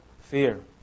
Fear